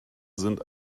sind